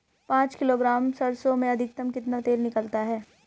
पाँच किलोग्राम सरसों में अधिकतम कितना तेल निकलता है?